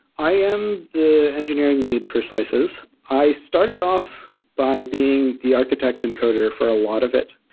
i am the engineering lead for slices. i started off by being the architect encoder for a lot of it.